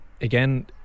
again